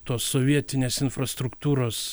tos sovietinės infrastruktūros